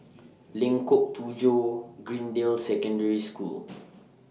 Lengkong Tujuh Greendale Secondary School